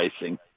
racing